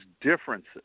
differences